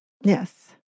Yes